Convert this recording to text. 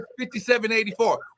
5784